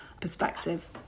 perspective